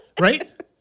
Right